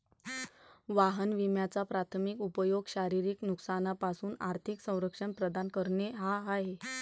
वाहन विम्याचा प्राथमिक उपयोग शारीरिक नुकसानापासून आर्थिक संरक्षण प्रदान करणे हा आहे